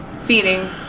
Feeding